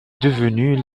devenue